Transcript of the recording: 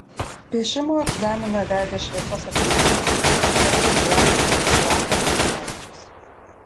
piešimo egzaminą vedė šviesios atminties garsus grafikas eduardas juchnevičius